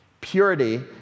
Purity